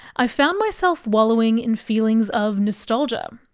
i found myself wallowing in feelings of nostalgia.